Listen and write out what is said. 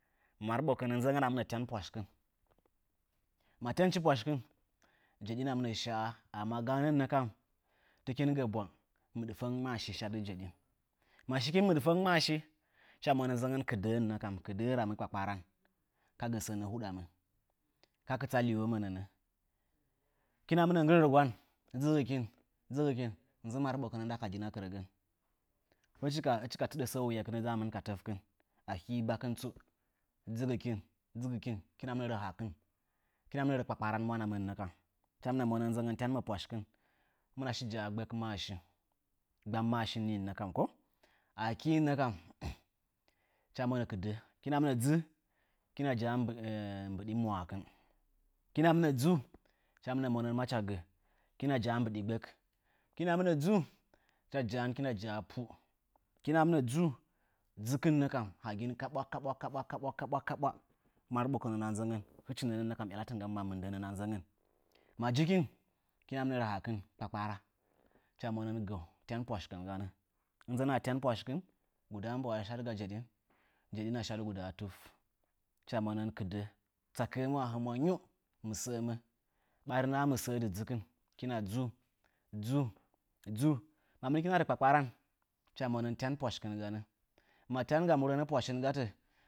Marɓokənə, nzəngəna mɨnə tyan pwashkɨn. Ma tyanchi pwashin amma jeɗina mɨnə shaa amma tɨkin gə bwang, mɨɗfəngmaashi shaɗɨ jeɗin. Ma shikin mɨɗfəngmaashi hɨcha mwana nzəngən, kɨɗəh nə kam, kɨdəh ramə kpa kparan ka gə səə ələ gamə ka kɨtsa liwomə nəə. Hɨkina mɨnə nggɨrə ɓwa dzɨngəkin dzɨgɨkin nəə marɓokənə nda kadin a kɨrəagən. Hɨchi ka tɨɗə sə wuyekɨna dzaamɨn ka tafkɨn akii bakɨn tsu. Dzɨgɨkin, dzɨgɨkin hɨkina mɨnə rə hakin hikina rə kpakparan mwanamɨnnə kam. Hɨcha mɨnə mwana nzəngən tyanɨmə pwashin, hɨcha tyan pwashin hɨmɨna rə gbənkmaashi gbammaashi nii nə kam ko. Akii nə kam hɨcha monə kɨdəh hɨkina mɨnə dzɨ hɨkina ja'a mbɨɗi mwaakɨn. Hɨkina mɨnə dzuu hɨcha monən macha gə hikina rə pu mbɨɗi gbək. Hɨkina mɨnə dzuu, hɨkina ja'a pu. Hɨkin ka dzɨkɨn nə kam bagi kaɓwa kaɓwa. marɓokən nda nzəngən hɨchi nii yalatɨn gamə mɨndə nda nzəngən. Hɨkina rə hakɨn kpakpara hɨrha monən tyan pwashikɨn ganə. ɨnzəna tuan pwashikɨn hɨkina rə gudaa jedina shadɨ gusaa tuf hɨcha monən kɨɗəh kɨdə. Hɨcha monən, tsakə'amə a humwa njiu, mɨsə'amə. Barina, hɨkina dzuu, dzuu, dzuu ma mɨnikina rə kpakparan hɨcha monən tyan pwashi kɨn ganə. Ma yanga murətə pwashi kɨn gatə.